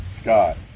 Scott